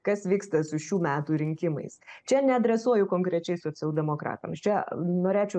kas vyksta su šių metų rinkimais čia neadresuoju konkrečiai socialdemokratams čia norėčiau